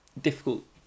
difficult